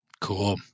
cool